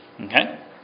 Okay